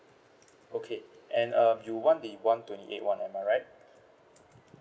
okay and um you want the one twenty eight one am I right